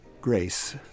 Grace